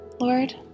Lord